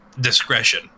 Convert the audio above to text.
discretion